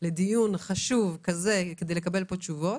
לדיון חשוב כזה כדי לקבל פה תשובות.